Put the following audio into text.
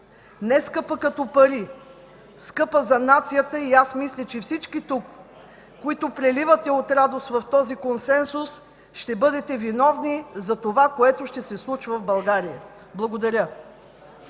Не скъпа като пари, скъпа за нацията и аз мисля, че всички тук, които преливате от радост в този консенсус, ще бъдете виновни за това, което ще се случва в България. Благодаря.